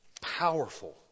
powerful